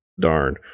darn